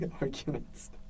arguments